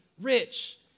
rich